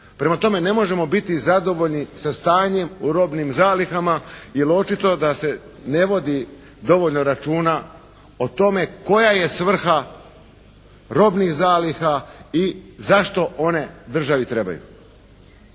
Prema tome ne možemo biti zadovoljni sa stanjem u robnim zalihama jer očito da se ne vodi dovoljno računa o tome koja je svrha robnih zaliha i zašto one državi trebaju?